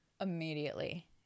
immediately